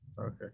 Okay